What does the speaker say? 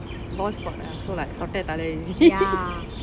bald spot ah so like சொட்ட தலை:sotta thalai